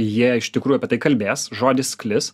jie iš tikrųjų apie tai kalbės žodis sklis